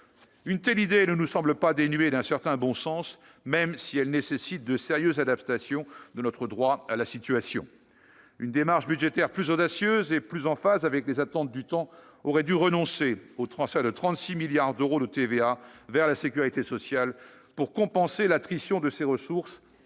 Une telle idée ne nous semble pas dénuée d'un certain bon sens, même si elle nécessite de sérieuses adaptations de notre droit à la situation. Une démarche budgétaire plus audacieuse et plus en phase avec les attentes du temps aurait dû conduire à renoncer au transfert de 36 milliards d'euros de TVA vers la sécurité sociale pour compenser l'attrition de ses ressources